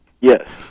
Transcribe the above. Yes